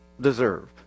deserve